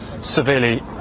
severely